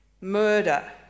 murder